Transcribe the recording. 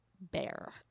bear